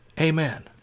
Amen